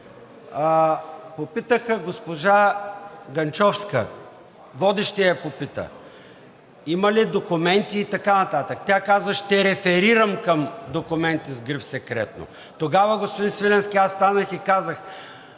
попитаха госпожа Генчовска, водещият я попита: „Има ли документи…“ и така нататък. Тя каза: „Ще реферирам към документи с гриф „Секретно“.“ Тогава, господин Свиленски, аз станах и казах: